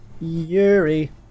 Yuri